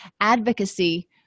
advocacy